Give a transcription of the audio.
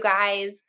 guys